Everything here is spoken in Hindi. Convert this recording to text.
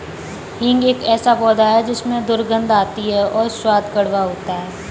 हींग एक ऐसा पौधा है जिसमें दुर्गंध आती है और स्वाद कड़वा होता है